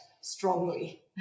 strongly